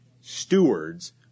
stewards